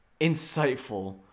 insightful